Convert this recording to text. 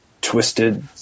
twisted